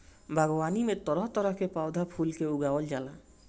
बागवानी में तरह तरह के पौधा कुल के उगावल जाला